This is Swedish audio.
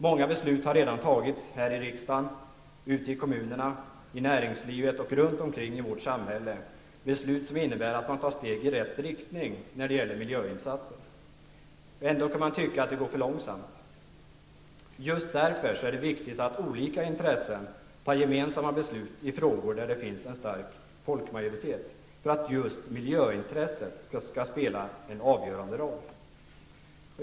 Många beslut har redan fattats här i riksdagen, ute i kommunerna, i näringslivet och runt omkring i vårt samhälle -- beslut som innebär att man tar steg i rätt riktning när det gäller miljöinsatser. Ändå kan man tycka att det går för långsamt. Just därför är det viktigt att olika intressen fattar gemensamma beslut i frågor där det finns en stark folkmajoritet för att just miljöintresset skall spela en avgörande roll.